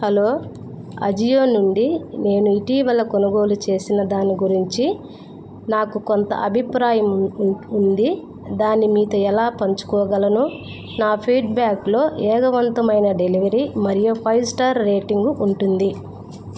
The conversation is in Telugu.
హలో అజియో నుండి నేను ఇటీవల కొనుగోలు చేసిన దాని గురించి నాకు కొంత అభిప్రాయం ఉంది దాన్ని మీతో ఎలా పంచుకోగలను నా ఫీడ్బ్యాక్లో వేగవంతమైన డెలివరీ మరియు ఫైవ్ స్టార్ రేటింగు ఉంటుంది